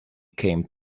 came